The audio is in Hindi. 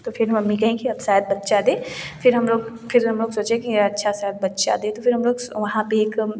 तो फ़िर मम्मी कहीं की अब शायद बच्चा दे फ़िर हम लोग फ़िर हम लोग सोचे की अच्छा सा बच्चा दे तो फ़िर हम लोग वहाँ पर एक